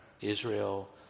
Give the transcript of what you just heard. Israel